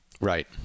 Right